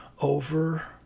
over